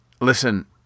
listen